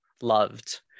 loved